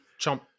chomp